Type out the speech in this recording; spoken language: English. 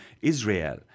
Israel